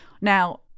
Now